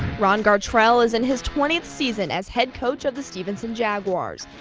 ron gartrell is in his twentieth season as head coach of the stephenson jaguars.